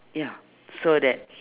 ya so that